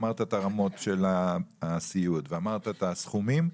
אמרת את הרמות של הסיעוד ואמרת את הסכומים,